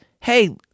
hey